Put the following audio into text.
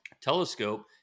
telescope